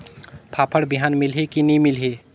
फाफण बिहान मिलही की नी मिलही?